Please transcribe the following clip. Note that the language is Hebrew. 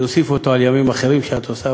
ולהוסיף אותו על ימים אחרים שאת עושה,